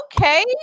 Okay